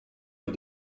les